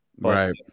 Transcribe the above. Right